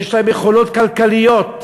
יש להם יכולות כלכליות,